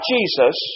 Jesus